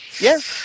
yes